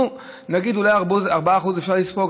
נו, נגיד שאולי 4% אפשר לספוג.